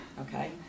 Okay